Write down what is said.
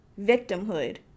victimhood